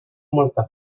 molta